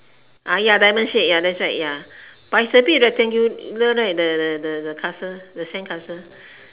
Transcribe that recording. ah ya diamond shape ya that's right ya but it's a bit rectangular right the the the castle the sandcastle